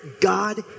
God